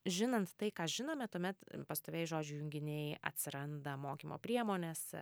žinant tai ką žinome tuomet pastovieji žodžių junginiai atsiranda mokymo priemonėse